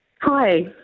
Hi